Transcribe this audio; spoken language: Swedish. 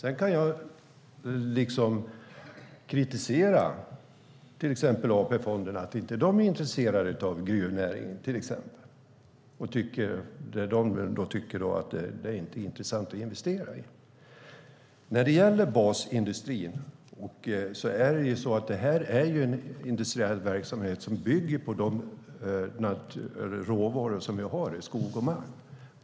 Jag kan dock kritisera AP-fonderna för att de inte tycker att det är intressant att investera i gruvnäringen. Basindustrin är en verksamhet som bygger på de råvaror vi har i skog och mark.